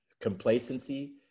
Complacency